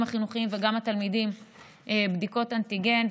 החינוכיים וגם התלמידים בדיקות אנטיגן,